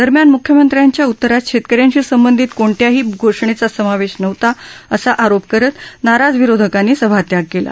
दरम्यान मुख्यमंत्र्यांच्या उतरात शेतकऱ्यांशी संबंधित कोणत्याही घोषणेचा समावेश नव्हता असा आरोप करत नाराज विरोधकांनी सभात्याग केला